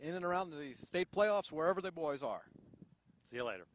in and around the state playoffs wherever the boys are the later